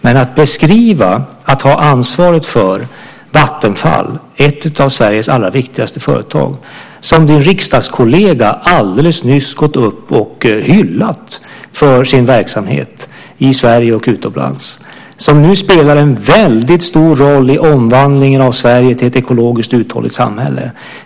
Hon beskriver sättet att ha ansvaret för Vattenfall. Det är ett av Sverige allra viktigaste företag. Din riksdagskollega har alldeles nyss gått upp i talarstolen och hyllat företaget för dess verksamhet i Sverige och utomlands. Det spelar nu en väldigt stor roll i omvandlingen av Sverige till ett ekologiskt uthålligt samhälle.